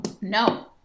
No